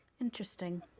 Interesting